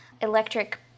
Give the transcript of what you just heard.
electric